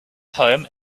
home